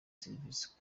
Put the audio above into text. serivisi